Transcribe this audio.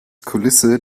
kulisse